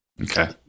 Okay